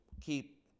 keep